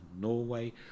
Norway